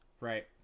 Right